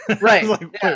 right